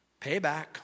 Payback